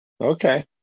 Okay